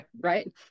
right